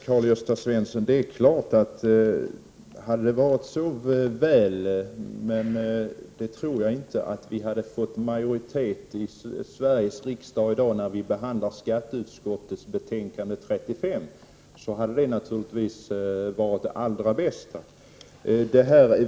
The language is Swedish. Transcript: Herr talman! Det är klart, Karl-Gösta Svenson, att om det hade varit så väl att vi hade fått majoriteten i Sveriges riksdag med oss i dag, när vi behandlar skatteutskottets betänkande nr 35, så hade det varit det allra bästa.